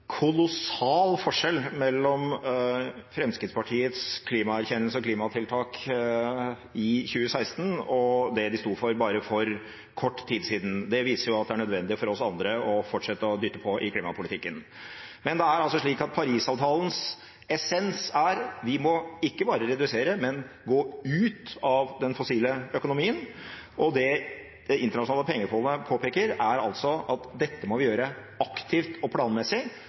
kolossal forskjell mellom Fremskrittspartiets klimaerkjennelse og klimatiltak i 2016 og det de sto for bare for kort tid siden. Det viser at det er nødvendig for oss andre å fortsette å dytte på i klimapolitikken. Det er altså slik at Paris-avtalens essens er at vi ikke bare må redusere, men gå ut av den fossile økonomien, og det Det internasjonale pengefondet påpeker, er at dette må vi gjøre aktivt og planmessig.